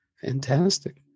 Fantastic